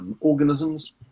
organisms